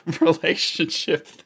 relationship